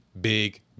big